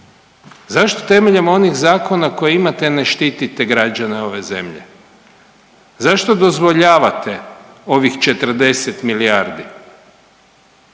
Zašto temeljem onih zakona koje imate ne štitite građane ove zemlje? Zašto dozvoljavate ovih 40 milijardi?